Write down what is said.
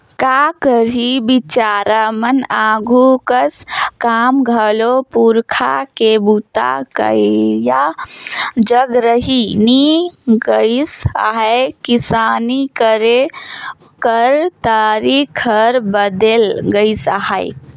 का करही बिचारा मन आघु कस काम घलो पूरखा के बूता करइया जग रहि नी गइस अहे, किसानी करे कर तरीके हर बदेल गइस अहे